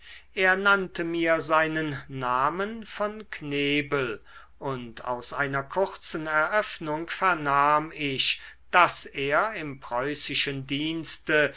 er nannte mir seinen namen von knebel und aus einer kurzen eröffnung vernahm ich daß er im preußischen dienste